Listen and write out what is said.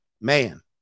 man